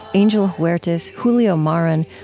angel huertas, julio marin,